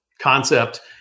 concept